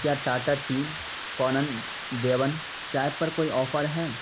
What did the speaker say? کیا ٹاٹا ٹی کانن دیون چائے پر کوئی آفر ہیں